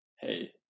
hey